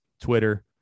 Twitter